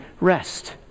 rest